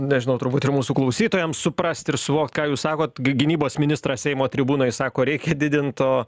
nežinau turbūt ir mūsų klausytojam suprast ir suvokt ką jūs sakot gy gynybos ministrą seimo tribūnoj sako reikia didint